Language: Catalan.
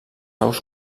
aus